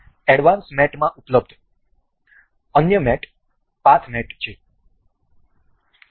advance મેટમાં ઉપલબ્ધ અન્ય મેટ પાથ મેટ છે